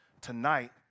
tonight